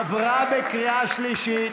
עברה בקריאה שלישית,